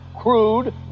crude